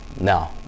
No